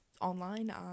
online